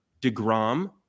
DeGrom